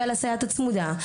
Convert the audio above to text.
על הסייעת הצמודה,